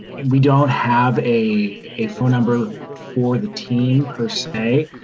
and we don't have a phone number for the team per se,